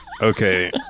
Okay